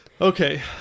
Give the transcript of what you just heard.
okay